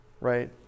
right